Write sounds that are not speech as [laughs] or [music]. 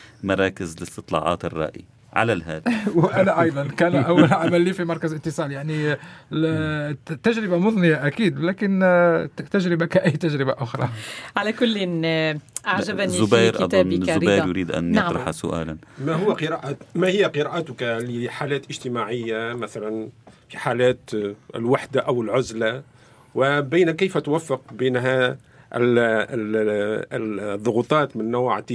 مراكز لاستطلاعات الرأي. على الهاتف. [laughs] وأنا أيضاً كان أول عمل لي في مركز اتصال، يعني لا- مم. تجربة مضنية أكيد، لكن تجربة كأي تجربة أخرى. على كلٍ، آه، أعجبني في زبير، أظن كتابك رضا. زبير يريد أن نعم. يطرح سؤالاً. ما هو قراءة- ما هي قراءتك لحالات اجتماعية، مثلاً في حالات الوحدة أو العزلة؟ وبين- كيف توفق بينها ال- ال- ال- الضغوطات من نوع